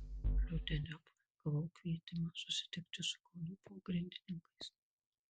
rudeniop gavau kvietimą susitikti su kauno pogrindininkais